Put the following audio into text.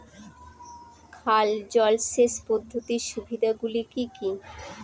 খাল জলসেচ পদ্ধতির সুবিধাগুলি কি কি?